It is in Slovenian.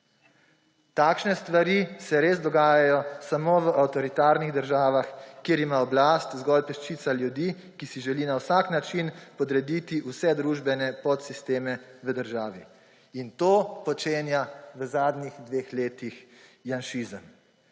Takšne stvari se res dogajajo samo v avtoritarnih državah, kjer ima oblast zgolj peščica ljudi, ki si želi na vsak način podrediti vse družbene podsisteme v državi. In to počenja v zadnjih dveh letih janšizem.